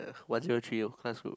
one zero three O class group